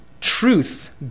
truth